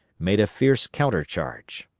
made a fierce counter-charge.